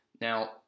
Now